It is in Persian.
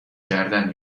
کردن